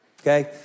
Okay